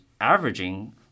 averaging